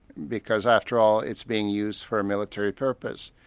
because after all, it's being used for a military purpose.